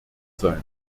sein